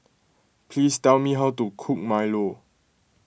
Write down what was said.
please tell me how to cook Milo